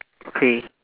okay